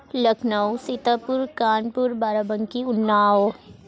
Lucknow Sitapur Kanpur Barabanki Unnao